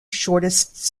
shortest